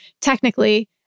technically